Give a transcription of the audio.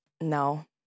No